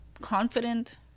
Confident